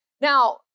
Now